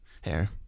hair